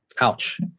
Ouch